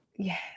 Yes